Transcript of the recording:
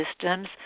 systems